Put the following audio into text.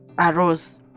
arose